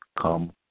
come